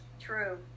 true